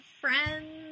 friends